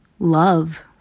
Love